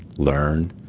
learn,